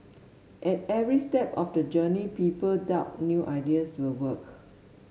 at every step of the journey people doubt new ideas will work